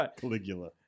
Caligula